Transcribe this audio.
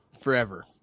Forever